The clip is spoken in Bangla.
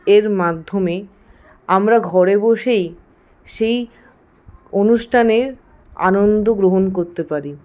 এর মাধ্যমে আমরা ঘরে বসেই সেই অনুষ্ঠানের আনন্দ গ্রহণ করতে পারি